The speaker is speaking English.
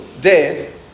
death